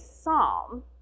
psalm